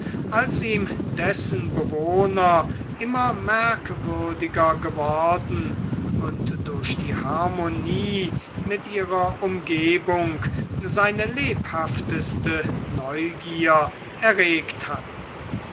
als ihm dessen bewohner immer merkwürdiger geworden und durch die harmonie mit ihrer umgebung seine lebhafte neugier erregt hatten